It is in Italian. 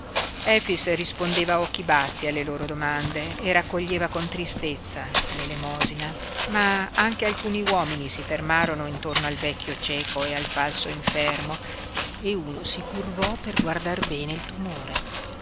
efix rispondeva a occhi bassi alle loro domande e raccoglieva con tristezza l'elemosina ma anche alcuni uomini si fermarono intorno al vecchio cieco e al falso infermo e uno si curvò per guardar bene il tumore